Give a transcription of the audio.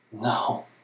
No